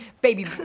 Baby